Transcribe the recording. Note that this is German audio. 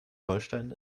holstein